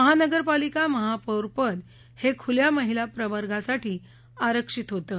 महानगरपालिका महापौर पद हे खुल्या महिला प्रवर्गासाठी आरक्षित होतं